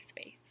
space